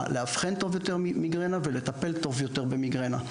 - לאבחן טוב יותר מיגרנה ולטפל טוב יותר במיגרנה.